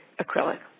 acrylic